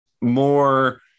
more